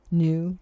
new